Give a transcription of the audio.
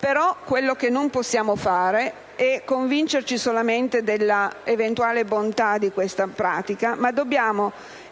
Però, quello che non possiamo fare è convincerci solamente dell'eventuale bontà di questa pratica; riteniamo